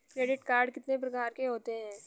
Credit card कितने प्रकार के होते हैं?